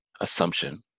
assumption